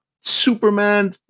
Superman